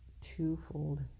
twofold